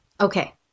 Okay